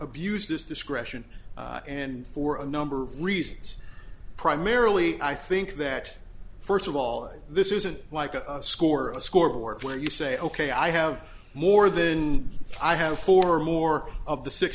his discretion and for a number of reasons primarily i think that first of all this isn't like a score or a scoreboard where you say ok i have more than i have four more of the six